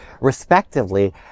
respectively